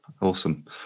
Awesome